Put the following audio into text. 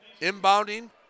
Inbounding